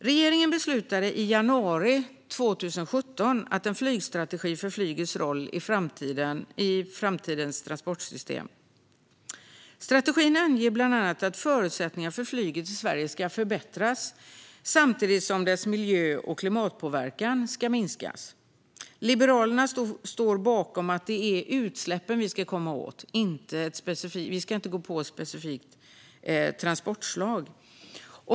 Regeringen beslutade i januari 2017 om en strategi för flygets roll i framtidens transportsystem. Strategin anger bland annat att förutsättningarna för flyget i Sverige ska förbättras samtidigt som dess miljö och klimatpåverkan ska minskas. Liberalerna står bakom att det är utsläppen som vi ska komma åt. Vi ska inte gå på ett specifikt transportslag.